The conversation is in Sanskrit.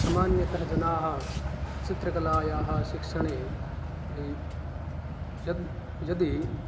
सामान्यतः जनाः चित्रकलायाः शिक्षणे यद् यदि